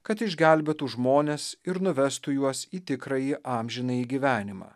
kad išgelbėtų žmones ir nuvestų juos į tikrąjį amžinąjį gyvenimą